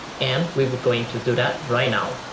and we're going to do that right now